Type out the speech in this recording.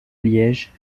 liège